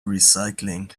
recycling